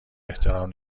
احترام